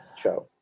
show